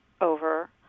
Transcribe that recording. over